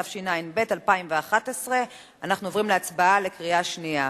התשע"ב 2011. אנחנו עוברים להצבעה בקריאה שנייה.